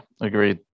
agreed